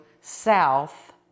south